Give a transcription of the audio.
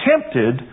tempted